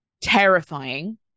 terrifying